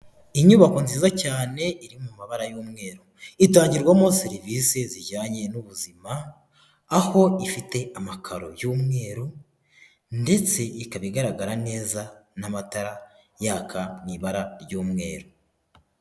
Inyubako nziza cyane iri mu mabara y'umweru, itangirwamo serivise zijyanye n'ubuzima, aho ifite amakaro y'umweru ndetse ikaba igaragara neza n'amatara yaka mu ibara ry'umweru.